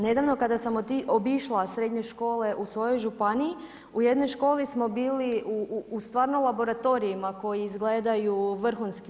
Nedavno, kada sam obišla srednje škole u svojoj županiji, u jednoj školi smo bili u stvarno laboratorijima, koji izgledaju vrhunski.